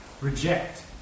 reject